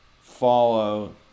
follow